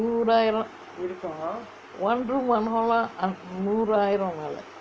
நூறாயிரம்:nooraayiram one room one hall லாம் நூறாயிரம் மேலே:laam nooraayiram melae